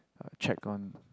uh check on